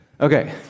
Okay